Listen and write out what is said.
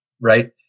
right